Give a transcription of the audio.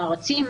הרצים.